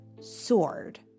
sword